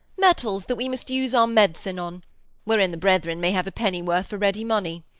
metals, that we must use our medicine on wherein the brethren may have a pennyworth for ready money.